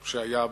בבקשה.